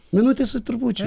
minutė su trupučiu